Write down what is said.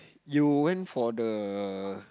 you went for the